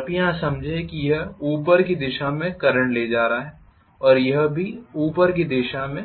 कृपया यहां देखें कि यह ऊपर की दिशा में करंट ले जा रहा है और यह भी ऊपर की दिशा में